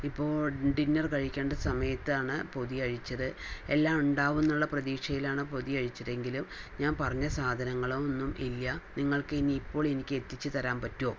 ഇപ്പോൾ ഡിന്നർ കഴിക്കേണ്ട സമയത്താണ് പൊതി അഴിച്ചത് എല്ലാം ഉണ്ടാവുന്നുള്ള പ്രതീക്ഷയിലാണ് പൊതി അഴിച്ചതെങ്കിലും ഞാൻ പറഞ്ഞ സാധനങ്ങളൊന്നും ഇല്ല നിങ്ങൾക്ക് ഇപ്പോൾ എനിക്ക് എത്തിച്ചു തരാൻ പറ്റുമോ